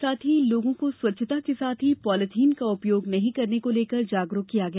साथ ही लोगों को स्वच्छता के साथ ही पॉलिथिन का उपयोग नहीं करने को लेकर जागरूक किया गया